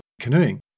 canoeing